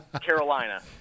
Carolina –